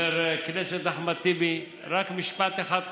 חבר הכנסת אחמד טיבי, רק משפט אחד קצר.